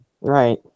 Right